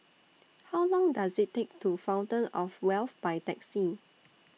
How Long Does IT Take to Fountain of Wealth By Taxi